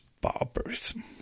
barbarism